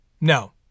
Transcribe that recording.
No